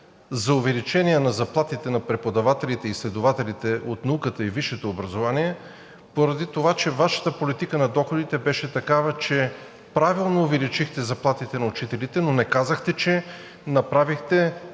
за увеличение на заплатите на преподавателите, изследователите в науката и висшето образование. Поради това че Вашата политика на доходите беше такава, че правилно увеличихте заплатите на учителите, но не казахте, че направихте